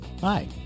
Hi